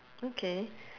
okay